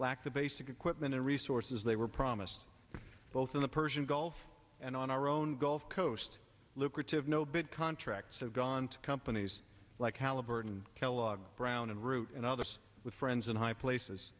lacked the basic equipment and resources they were promised both in the persian gulf and on our own gulf coast lucrative no bid contracts have gone to companies like halliburton kellogg brown and root and others with friends in high places